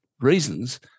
reasons